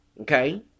Okay